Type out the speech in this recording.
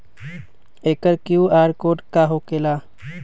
एकर QR code का होकेला?